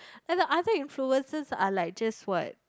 and the other influencers are like just what